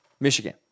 Michigan